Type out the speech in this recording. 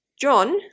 John